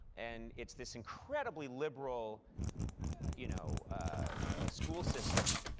and it's this incredibly liberal you know ah school system,